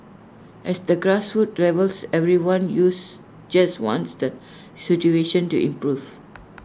at the grassroots levels everyone use just wants the situation to improve